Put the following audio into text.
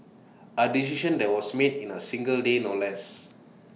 A decision that was made in A single day no less